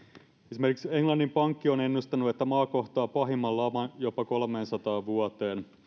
esimerkiksi englannin pankki on ennustanut että maa kohtaa pahimman laman jopa kolmeensataan vuoteen